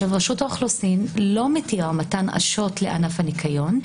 רשות האוכלוסין לא מתירה מתן אשרות לענף הניקיון,